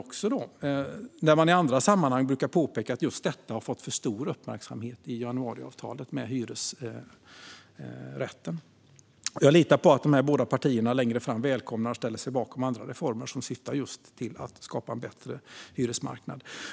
I andra sammanhang brukar man påpeka att just detta med hyresrätten har fått för stor uppmärksamhet i januariavtalet. Jag litar på att de båda partierna längre fram välkomnar och ställer sig bakom andra reformer som syftar just till att skapa en bättre hyresmarknad.